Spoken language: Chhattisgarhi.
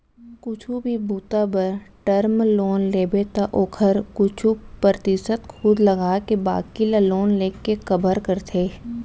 कुछु भी बूता बर टर्म लोन लेबे त ओखर कुछु परतिसत खुद लगाके बाकी ल लोन लेके कभर करथे